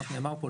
כמו שנאמר פה,